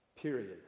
Period